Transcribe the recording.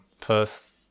Perth